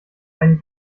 einen